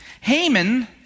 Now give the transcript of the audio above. Haman